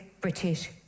British